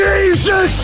Jesus